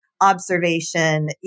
observation